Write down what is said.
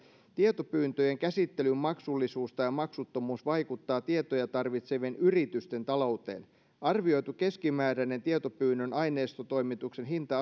tietopyyntöjen käsittelyn maksullisuus tai maksuttomuus vaikuttaa tietoja tarvitsevien yritysten talouteen arvioitu keskimääräinen tietopyynnön aineistotoimituksen hinta